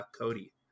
Cody